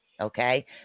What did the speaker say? Okay